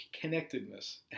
connectedness